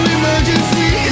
emergency